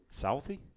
Southie